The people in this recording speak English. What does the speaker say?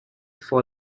for